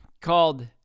called